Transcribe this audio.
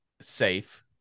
safe